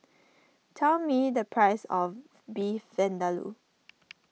tell me the price of Beef Vindaloo